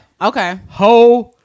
Okay